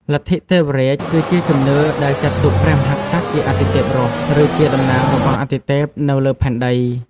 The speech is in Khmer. លទ្ធិទេវរាជគឺជាជំនឿដែលចាត់ទុកព្រះមហាក្សត្រជាអាទិទេពរស់ ឬជាតំណាងរបស់អាទិទេពនៅលើផែនដី។